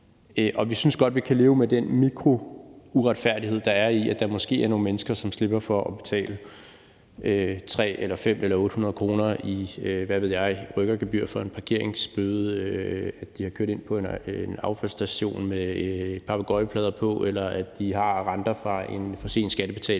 på. Vi synes godt, vi kan leve med den mikrouretfærdighed, der er i, at der måske er nogle mennesker, som slipper for at betale 300 kr., 500 kr. eller 800 kr. i, hvad ved jeg, rykkergebyrer for en parkeringsbøde, at de er kørt ind på en affaldsstation med papegøjeplader på, eller at de har renter fra en for sen skattebetaling